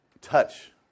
touch